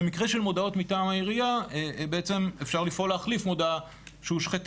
במקרה של מודעות מטעם העירייה אפשר לפעול להחליף מודעה שהושחתה.